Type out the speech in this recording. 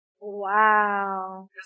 Wow